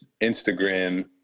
Instagram